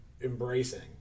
embracing